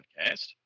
podcast